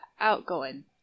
outgoing